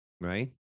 right